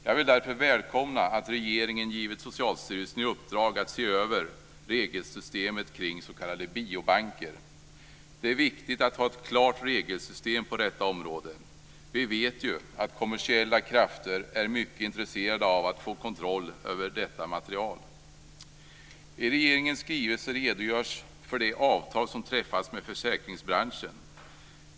Jag vill därför välkomna att regeringen givit Socialstyrelsen i uppdrag att se över regelsystemet kring s.k. biobanker. Det är viktigt att ha ett klart regelsystem på detta område. Vi vet ju att kommersiella krafter är mycket intresserade av få kontroll över detta material. I regeringens skrivelse redogörs för det avtal som träffats med försäkringsbranschen.